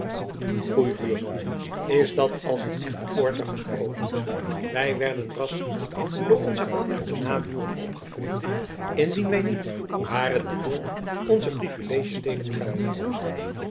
foei buurman is dat als een echte poorter gesproken wij werden ras genoeg door onze adellijke naburen opgevreten indien wij niet waar t behoort onze privileges deden gelden